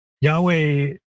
Yahweh